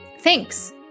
Thanks